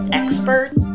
experts